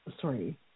sorry